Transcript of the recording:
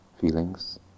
feelings